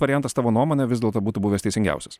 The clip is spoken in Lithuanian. variantas tavo nuomone vis dėlto būtų buvęs teisingiausias